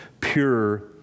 pure